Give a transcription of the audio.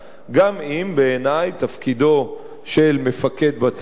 גם אם, בעיני, תפקידו של מפקד בצבא,